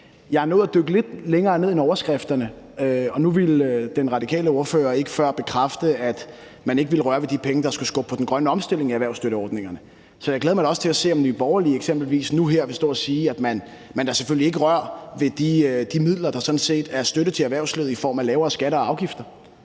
Jeg er nået at dykke lidt længere ned i det end overskrifterne. Nu ville den radikale ordfører før ikke bekræfte, at man ikke ville røre ved de penge, der skulle skubbe på den grønne omstilling af erhvervsstøtteordningerne, så jeg glæder mig da også til at se, om Nye Borgerlige eksempelvis nu her vil stå og sige, at man da selvfølgelig ikke rører ved de midler, der sådan set er støtte til erhvervslivet i form af lavere skatter og afgifter,